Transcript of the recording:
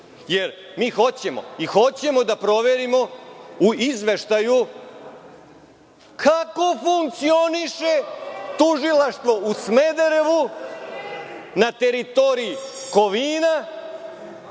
jer mi hoćemo i hoćemo da proverimo u izveštaju kako funkcioniše tužilaštvo u Smederevu na teritoriji Kovina,